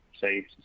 say